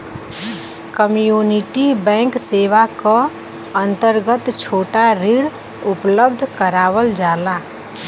community bank सेवा क अंतर्गत छोटा ऋण उपलब्ध करावल जाला